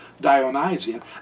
Dionysian